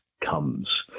comes